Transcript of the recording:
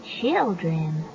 children